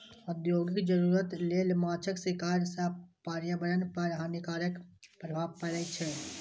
औद्योगिक जरूरत लेल माछक शिकार सं पर्यावरण पर हानिकारक प्रभाव पड़ै छै